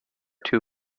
two